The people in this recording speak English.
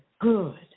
good